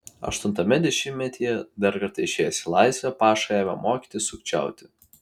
aštuntame dešimtmetyje dar kartą išėjęs į laisvę paša ėmė mokytis sukčiauti